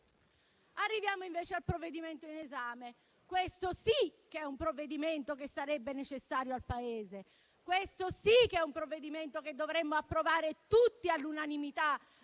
Arriviamo invece al provvedimento in esame. Questo sì che è un provvedimento che sarebbe necessario al Paese. Questo sì che è un provvedimento che dovremmo approvare tutti all'unanimità,